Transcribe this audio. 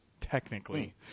Technically